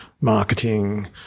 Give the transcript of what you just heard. marketing